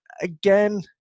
Again